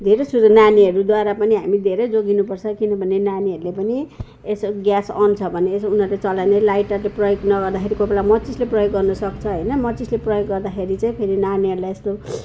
धेरै सुरु नानीहरूद्वारा पनि हामी धेरै जोगिनुपर्छ किनभने नानीहरूले पनि यसो ग्यास अन छ भने उनीहरूले चलायोभने लाइटरले प्रयोग नगर्दाखेरि कोही बेला माचिसले प्रयोग गर्नु सक्छ हैन माचिसले प्रयोग गर्दाखेरि चाहिँ फेरि नानीहरूलाई यस्तो